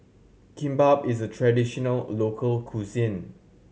kimbap is a traditional local cuisine